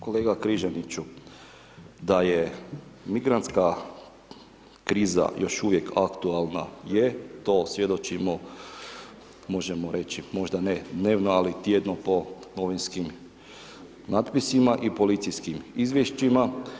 Kolega Križaniću, da je migrantska kriza još uvijek aktualna je, to svjedočimo, možemo reći moda ne dnevno ali tjedno po novinskim natpisima i policijskim izvješćima.